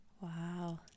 Wow